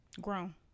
Grown